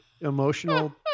emotional